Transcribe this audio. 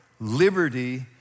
liberty